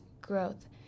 growth